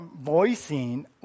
voicing